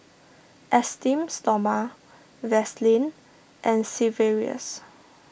Esteem Stoma Vaselin and Sigvaris